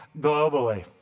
globally